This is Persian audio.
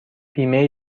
بیمه